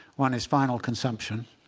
one is final consumption,